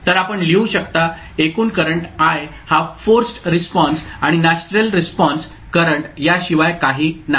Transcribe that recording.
तर आपण लिहू शकता एकूण करंट i हा फोर्सड रिस्पॉन्स आणि नॅचरल रिस्पॉन्स करंट याशिवाय काही नाही